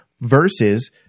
versus